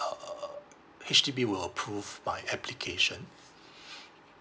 ugh H_D_B will approve my application